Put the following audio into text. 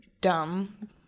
dumb